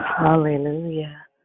Hallelujah